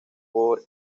por